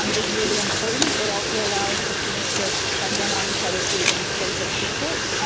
um is really important. it also allows for students to check in on each other, for even basic support,